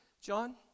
John